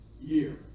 year